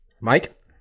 mike